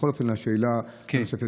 שאלה נוספת,